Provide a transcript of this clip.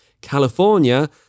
California